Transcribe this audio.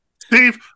Steve